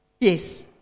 Yes